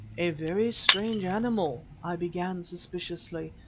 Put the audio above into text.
a very strange animal i began, suspiciously,